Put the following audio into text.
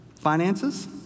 Finances